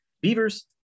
Beavers